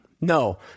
No